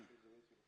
הייתה לו תעודה